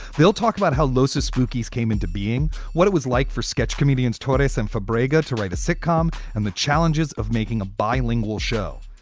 they'll talk about how locy spookies came into being what it was like for sketch comedians, toryism for brager to write a sitcom, and the challenges of making a bilingual show.